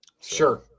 Sure